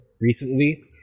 recently